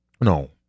No